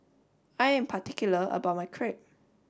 I am particular about my Crepe